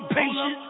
patient